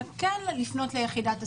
אלא כן לפנות ליחידת הסיוע,